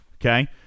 Okay